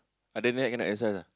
after that cannot exercise ah